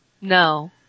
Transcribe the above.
No